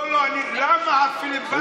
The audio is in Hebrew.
למה הפיליבסטר הזה?